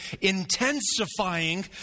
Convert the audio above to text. intensifying